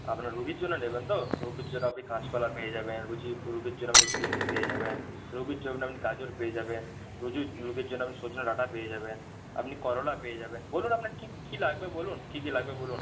আপনার রোগীর জন্য নেবেন তো রোগীর জন্য আপনি কাঁচকলা পেয়ে যাবেন রোগীর জন্য আপনি বিনস পেয়ে যাবেন রোগীর জন্য আপনি গাজর পেয়ে যাবেন রোগীর জন্য আপনি সজনে ডাঁটা পেয়ে যাবেন আপনি করলা পেয়ে যাবেন বলুন আপনার কী কী লাগবে বলুন কী কী লাগবে বলুন